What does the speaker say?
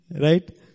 Right